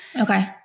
Okay